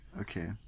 Okay